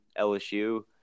LSU